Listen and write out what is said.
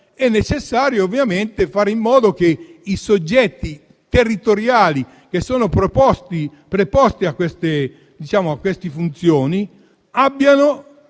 è necessario fare in modo che i soggetti territoriali che sono preposti a queste funzioni abbiano